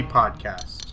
podcast